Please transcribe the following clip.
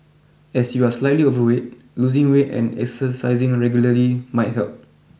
as you are slightly overweight losing weight and exercising regularly might help